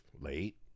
Late